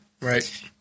Right